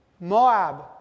Moab